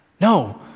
no